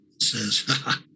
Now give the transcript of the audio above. says